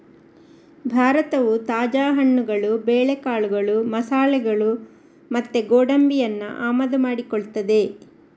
ಭಾರತವು ತಾಜಾ ಹಣ್ಣುಗಳು, ಬೇಳೆಕಾಳುಗಳು, ಮಸಾಲೆಗಳು ಮತ್ತೆ ಗೋಡಂಬಿಯನ್ನ ಆಮದು ಮಾಡಿಕೊಳ್ತದೆ